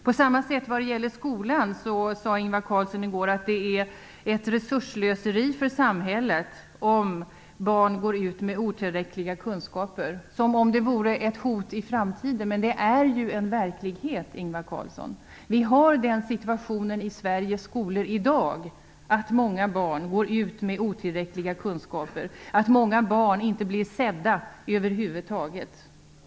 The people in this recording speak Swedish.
På samma sätt sade Ingvar Carlsson i går vad gäller skolan att det är resursslöseri för samhället om barn går ut med otillräckliga kunskaper - som vore det ett hot i framtiden, men det är redan en verklighet! Vi har ju den situationen i Sveriges skolor i dag att många barn går ut med otillräckliga kunskaper och att många barn över huvud taget inte blir sedda.